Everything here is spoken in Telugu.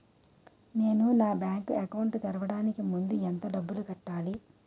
నేను నా బ్యాంక్ అకౌంట్ తెరవడానికి ముందు ఎంత డబ్బులు కట్టాలి?